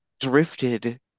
drifted